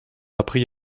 appris